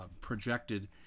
projected